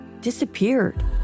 disappeared